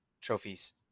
trophies